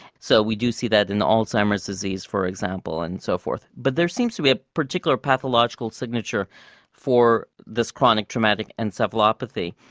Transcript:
so we do see that in alzheimer's disease, for example and so forth. but there seems to be a particular pathological signature for this chronic traumatic encephalopathy.